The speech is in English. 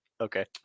Okay